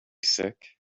sick